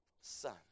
son